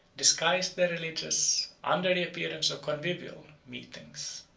disguised their religious, under the appearance of convivial, meetings.